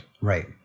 Right